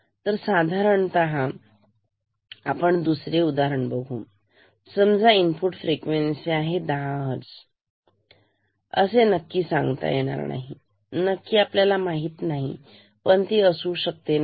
तर साधारणतः आपण दुसरे उदाहरण बघू समजा इनपुट फ्रिक्वेन्सी आहे साधारण 10 हर्ट्सपण तू नक्की सांगता येणार नाहीनक्की माहित नाही ही असू शकते 9